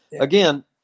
Again